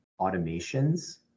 automations